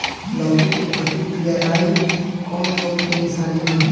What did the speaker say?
लौकी के पत्ति पियराईल कौन रोग के निशानि ह?